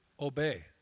Obey